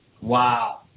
Wow